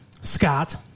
Scott